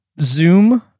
Zoom